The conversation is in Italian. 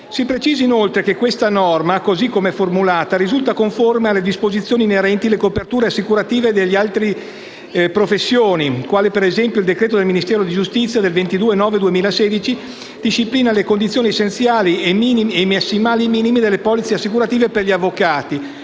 Si precisa inoltre che questa norma, così come è formulata, risulta conforme alle disposizioni inerenti alle coperture assicurative delle altre professioni, quale ad esempio il decreto del Ministero di giustizia del 22 settembre 2016, che disciplina le condizioni essenziali ed i massimali minimi delle polizze assicurative per gli avvocati.